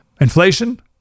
Inflation